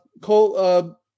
Cole